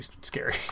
scary